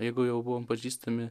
jeigu jau buvom pažįstami